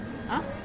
!huh!